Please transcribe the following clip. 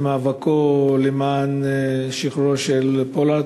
במאבקו למען שחרורו של פולארד.